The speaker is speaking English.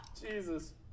Jesus